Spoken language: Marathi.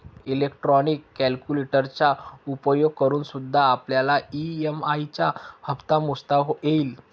इलेक्ट्रॉनिक कैलकुलेटरचा उपयोग करूनसुद्धा आपल्याला ई.एम.आई चा हप्ता मोजता येईल